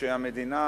שהמדינה